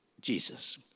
Jesus